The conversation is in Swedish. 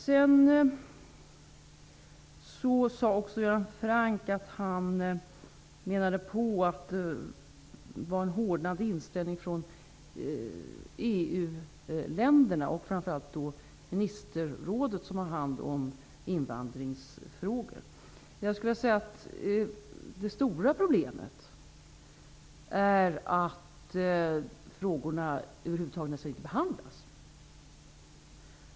Hans Göran Franck menade också att det var en hårdnande inställning från EU-länderna, framför allt från ministerrådet, som har hand om invandringsfrågor. Det stora problemet är att frågorna över huvud taget nästan inte behandlas.